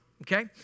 Okay